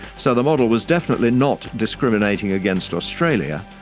so the model was definitely not discriminating against australia,